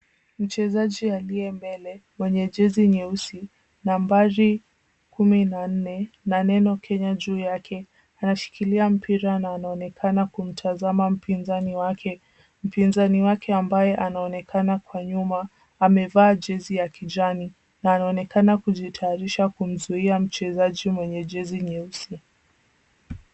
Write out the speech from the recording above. Mchezaji aliye mbele, mwenye jezi nyeusi, nambari kumi na nne, na neno Kenya juu yake anashikilia mpira na anaonekana kumtazama mpinzani wake. Mpinzani wake ambaye anaonekana kwa nyuma amevaa jezi ya kijani na anaonekana kujitayarisha kumzuia mchezaji mwenye jezi nyeusi.